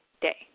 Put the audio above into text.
day